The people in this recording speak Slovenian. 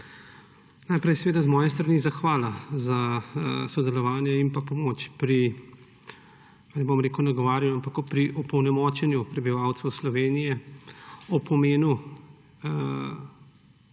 Najprej z moje strani zahvala za sodelovanje in pomoč pri, ne bom rekel nagovarjanju, ampak opolnomočenju prebivalcev Slovenije o pomenu